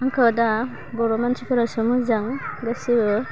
आंखौ दा बर' मानसिफोरासो मोजां गासिबो